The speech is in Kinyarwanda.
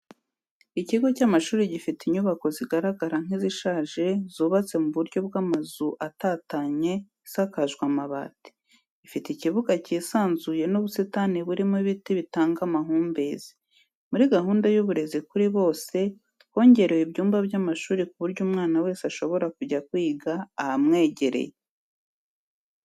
Ikigo cy'amashuri gifite inyubako zigaragara nk'izishaje zubatse mu buryo bw'amazu atatanye isakajwe amabati, ifite ikibuga cyisanzuye n'ubusitani burimo ibiti bitanga amahumbezi, muri gahunda y'uburezi kuri bose hongerewe ibyumba by'amashuri ku buryo umwana wese ashobora kujya kwiga ahamwegereye.